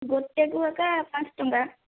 ଗୋଟିଏ କୁ ଏକା ପାଞ୍ଚ ଟଙ୍କା